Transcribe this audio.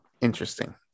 interesting